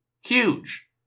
Huge